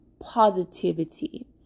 positivity